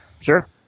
Sure